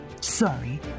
Sorry